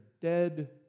dead